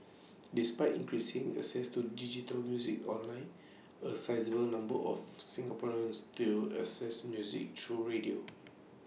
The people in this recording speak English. despite increasing access to digital music online A sizeable number of Singaporeans still access music through radio